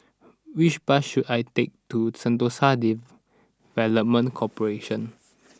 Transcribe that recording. which bus should I take to Sentosa Development Corporation